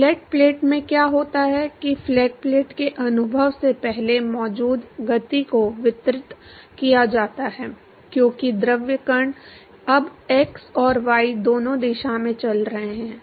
flat plate में क्या होता है कि फ्लैट प्लेट के अनुभव से पहले मौजूद गति को वितरित किया जाता है क्योंकि द्रव कण अब एक्स और वाई दोनों दिशाओं में चल रहे हैं